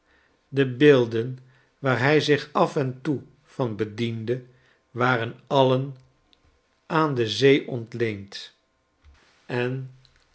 de beelden waar hij zich af en toe van bediende waren alien aan de zee ontleend en